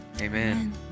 Amen